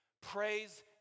Praise